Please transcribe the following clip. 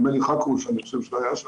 נדמה לי שגם חכרוש היה שם.